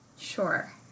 Sure